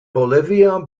bolivia